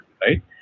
Right